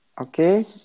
Okay